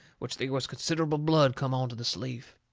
which they was considerable blood come onto the sleeve.